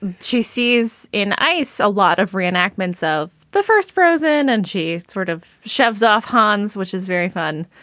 and she sees in ice a lot of reenactments of the first frozen. and she sort of shoves off hands, which is very fun.